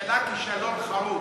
נכשלה כישלון חרוץ.